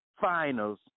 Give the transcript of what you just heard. finals